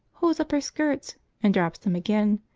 holds up her skirts and drops them again,